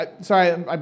sorry